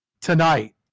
tonight